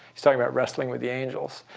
he's talking about wrestling with the angels.